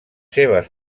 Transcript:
seves